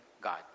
God